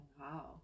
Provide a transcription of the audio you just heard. wow